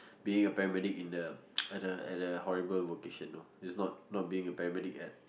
being a paramedic in the at the at the horrible vocation no it's not not being a paramedic at